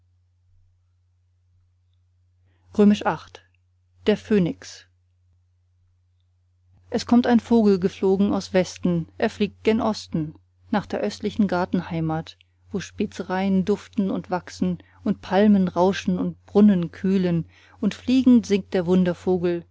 der phönix es kommt ein vogel geflogen aus westen er fliegt gen osten nach der östlichen gartenheimat wo spezereien duften und wachsen und palmen rauschen und brunnen kühlen und fliegend singt der wundervogel